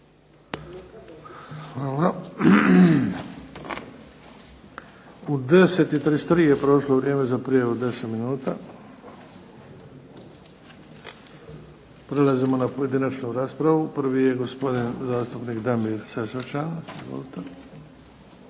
Hvala. U 10,33 je prošlo vrijeme za prijavu 10 minuta. Prelazimo na pojedinačnu raspravu. Prvi je gospodin zastupnik Damir Sesvečan, izvolite.